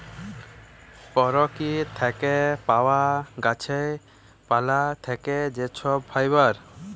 পরকিতি থ্যাকে পাউয়া গাহাচ পালা থ্যাকে যে ছব ফাইবার